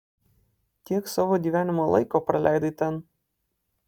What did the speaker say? kiek savo gyvenimo laiko praleidai ten